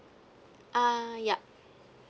uh yup